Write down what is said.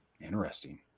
Interesting